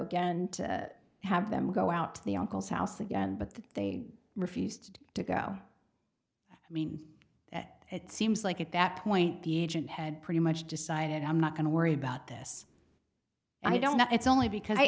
aro gand to have them go out to the uncle's house again but they refused to go i mean it seems like at that point the agent had pretty much decided i'm not going to worry about this i don't know it's only because i